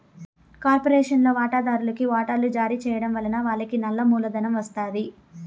కార్పొరేషన్ల వాటాదార్లుకి వాటలు జారీ చేయడం వలన వాళ్లకి నల్ల మూలధనం ఒస్తాది